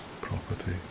property